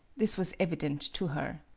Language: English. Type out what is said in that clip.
this was evident to her.